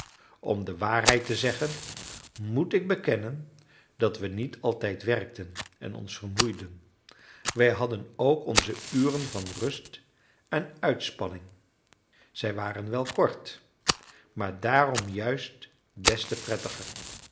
om de waarheid te zeggen moet ik bekennen dat we niet altijd werkten en ons vermoeiden wij hadden ook onze uren van rust en uitspanning zij waren wel kort maar daarom juist des te prettiger